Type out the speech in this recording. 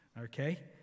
okay